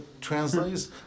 translates